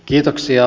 puhemies